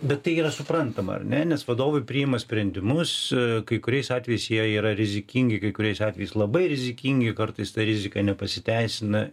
bet tai yra suprantama ar ne nes vadovai priima sprendimus kai kuriais atvejais jie yra rizikingi kai kuriais atvejais labai rizikingi kartais ta rizika nepasiteisina